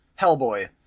Hellboy